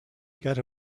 get